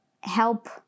help